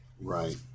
Right